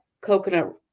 coconut